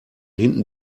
hinten